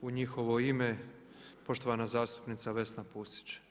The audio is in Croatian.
U njihovo ime poštovana zastupnica Vesna Pusić.